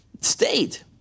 state